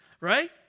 right